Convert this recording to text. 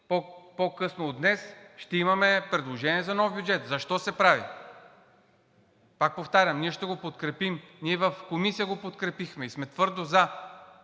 по-късно от днес ще имаме предложение за нов бюджет. Защо се прави? Пак повтарям, ние ще го подкрепим. Ние в Комисия го подкрепихме и сме твърдо за,